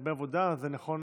הרבה עבודה, זה נכון.